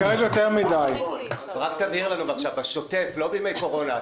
לא בימי קורונה,